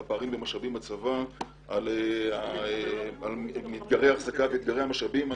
על פערי המשאבים בצבא על אתגרי האחזקה והמשאבים.